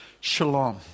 shalom